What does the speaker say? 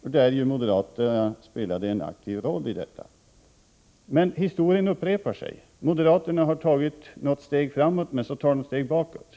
Moderaterna spelade en aktiv roll i denna förändring. Men historien upprepar sig: Moderaterna har tagit något steg framåt, men sedan tar de ett steg bakåt.